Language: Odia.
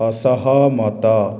ଅସହମତ